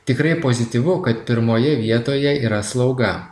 tikrai pozityvu kad pirmoje vietoje yra slauga